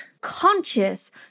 conscious